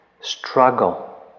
Struggle